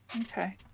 Okay